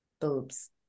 boobs